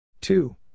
Two